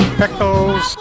pickles